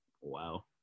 Wow